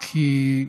וואו.